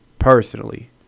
personally